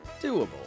doable